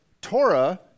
Torah